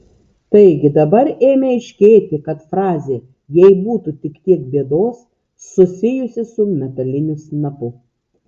taigi dabar ėmė aiškėti kad frazė jei būtų tik tiek bėdos susijusi su metaliniu snapu